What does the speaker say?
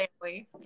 family